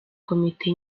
komite